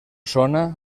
sona